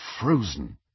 frozen